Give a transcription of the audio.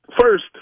first